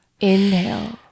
inhale